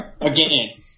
Again